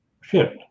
shift